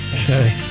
Okay